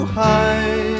high